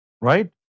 right